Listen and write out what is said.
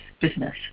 business